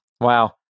Wow